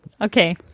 Okay